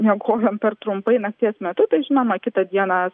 miegojam per trumpai nakties metu tai žinoma kitą dieną